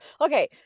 Okay